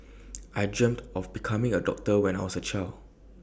I dreamt of becoming A doctor when I was A child